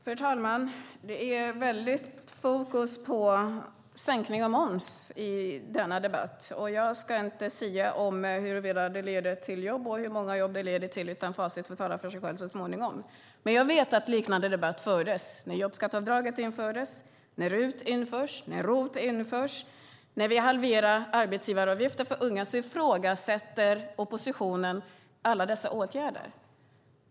Fru talman! Det är mycket fokus på sänkning av moms i denna debatt. Jag ska inte sia om huruvida det leder till jobb och hur många jobb det leder till, utan facit får tala för sig självt så småningom. Men jag vet att en liknande debatt fördes när jobbskatteavdraget infördes, när RUT infördes, när ROT infördes och när vi halverade arbetsgivaravgiften för unga. Oppositionen ifrågasätter alla dessa åtgärder.